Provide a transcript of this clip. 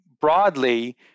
broadly